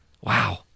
Wow